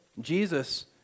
Jesus